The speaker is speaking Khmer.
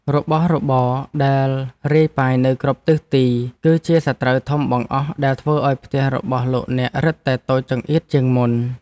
របស់របរដែលរាយប៉ាយនៅគ្រប់ទិសទីគឺជាសត្រូវធំបង្អស់ដែលធ្វើឱ្យផ្ទះរបស់លោកអ្នករឹតតែតូចចង្អៀតជាងមុន។